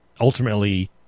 ultimately